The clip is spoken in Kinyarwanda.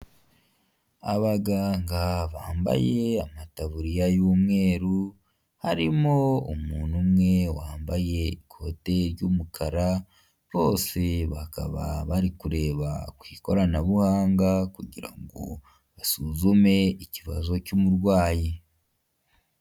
Abaganga bambaye amataburiya y'umweru harimo umuntu umwe wambaye ikote ry'umukara, bose bakaba bari kureba ku ikoranabuhanga kugira ngo basuzume ikibazo cy'umurwayi.